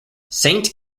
saint